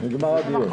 נגמר הדיון.